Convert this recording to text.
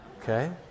Okay